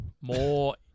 More